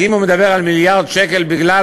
אז אם הוא מדבר על מיליארד שקל בגלל